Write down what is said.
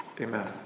Amen